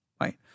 right